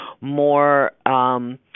more –